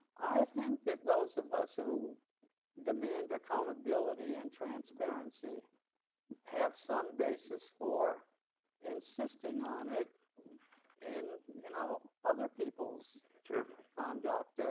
i think that those of us who demand accountability and transparency have some basis for insisting on it in you know other people's conduct,